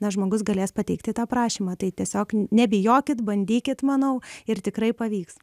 nes žmogus galės pateikti tą prašymą tai tiesiog nebijokit bandykit manau ir tikrai pavyks